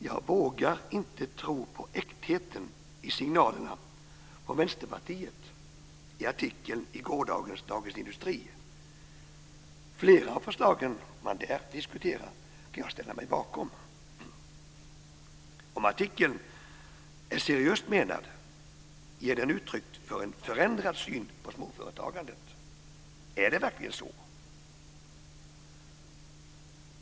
Jag vågar inte tro på äktheten i signalerna från Flera av förslagen man där diskuterar kan jag ställa mig bakom. Om artikeln är seriöst menad ger den uttryck för en förändrad syn på småföretagandet. Är det verkligen så?